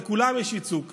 לכולם יש ייצוג כאן.